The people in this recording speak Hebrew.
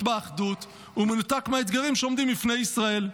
באחדות --- ומנותק מהאתגרים שעומדים בפני ישראל".